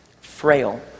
Frail